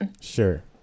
Sure